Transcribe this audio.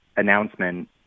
Announcement